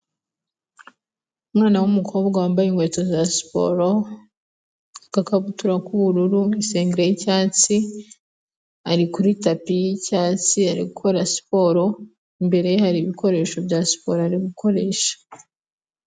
Umwana w'umukobwa wambaye inkweto za siporo, agakabutura k'ubururu n'insengere y'icyatsi, ari kuri tapi y'icyatsi, ari gukora siporo, imbere ye hari ibikoresho bya siporo ari gukoresha.